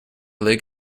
leg